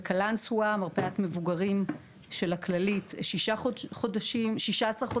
בקלנסווה במרפאת מבוגרים של הכללית 16 חודשים.